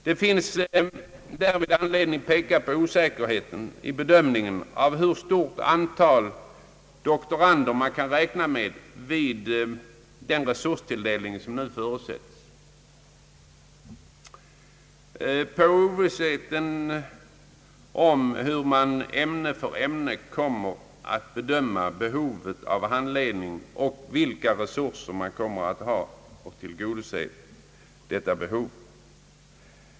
Det finns därvid anledning peka på osäkerheten i bedömningen av hur stort antal doktorander man kan räkna med vid den resurstilldelning som nu förutsättes, på ovissheten om hur man ämne för ämne kommer att bedöma behovet av handledning och vilka resurser man kommer att ha för att tillgodose detta behov.